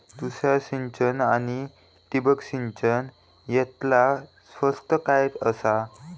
तुषार सिंचन आनी ठिबक सिंचन यातला स्वस्त काय आसा?